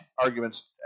arguments